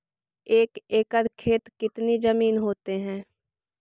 एक एकड़ खेत कितनी जमीन होते हैं?